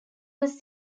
was